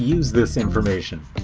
use this information?